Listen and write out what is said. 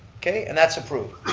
okay, and that's approved.